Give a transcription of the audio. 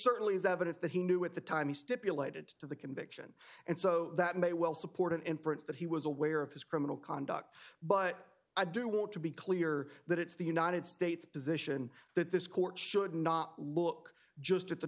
certainly is evidence that he knew at the time he stipulated to the conviction and so that may well support an inference that he was aware of his criminal conduct but i do want to be clear that it's the united states position that this court should not look just at the